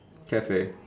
cafe